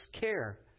care